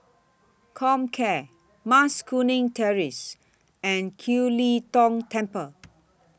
Comcare Mas Kuning Terrace and Kiew Lee Tong Temple